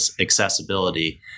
accessibility